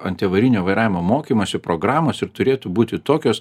anti avarinio vairavimo mokymosi programos ir turėtų būti tokios